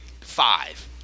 five